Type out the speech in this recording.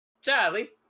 Charlie